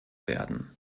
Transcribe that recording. werden